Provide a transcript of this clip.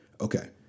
Okay